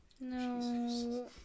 no